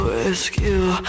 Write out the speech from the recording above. rescue